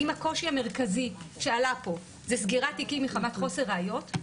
אם הקושי המרכזי שעלה פה הוא סגירת תיקים מחמת חוסר ראיות,